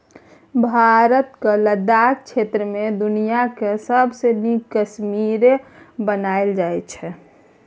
भारतक लद्दाख क्षेत्र मे दुनियाँक सबसँ नीक कश्मेरे बनाएल जाइ छै